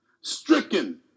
stricken